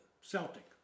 Celtic